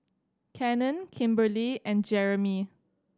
Cannon Kimberly and Jeremey